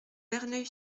verneuil